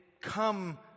come